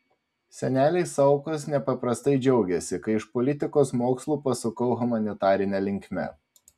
seneliai saukos nepaprastai džiaugėsi kai iš politikos mokslų pasukau humanitarine linkme